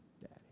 daddy